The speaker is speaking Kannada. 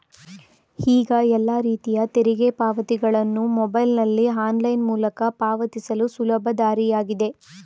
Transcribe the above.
ಈಗ ಎಲ್ಲ ರೀತಿಯ ತೆರಿಗೆ ಪಾವತಿಗಳನ್ನು ಮೊಬೈಲ್ನಲ್ಲಿ ಆನ್ಲೈನ್ ಮೂಲಕ ಪಾವತಿಸಲು ಸುಲಭ ದಾರಿಯಾಗಿದೆ